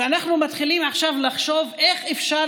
ואנחנו מתחילים עכשיו לחשוב איך אפשר